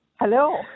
Hello